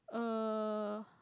uh